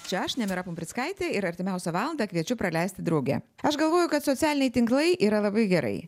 čia aš nemira pumprickaitė ir artimiausią valandą kviečiu praleisti drauge aš galvoju kad socialiniai tinklai yra labai gerai